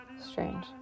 Strange